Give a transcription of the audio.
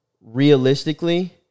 realistically